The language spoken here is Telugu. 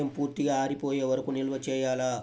బియ్యం పూర్తిగా ఆరిపోయే వరకు నిల్వ చేయాలా?